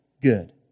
good